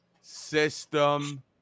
system